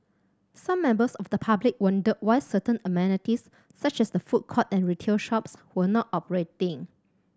some members of the public wondered why certain amenities such as the food court and retail shops were not operating